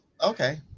okay